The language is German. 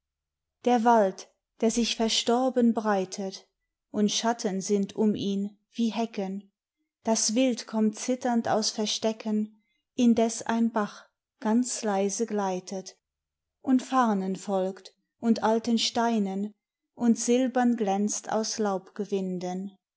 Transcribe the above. der wald der sich verstorben breitet und schatten sind um ihn wie hecken das wild kommt zitternd aus verstecken indes ein bach ganz leise gleitet und farnen folgt und alten steinen und silbern glänzt aus